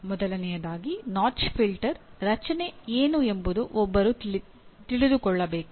ಮೊದಲನೆಯದಾಗಿ notch filter ರಚನೆ ಏನು ಎಂದು ಒಬ್ಬರು ತಿಳಿದುಕೊಳ್ಳಬೇಕು